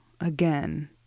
Again